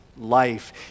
life